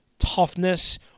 toughness